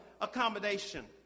accommodation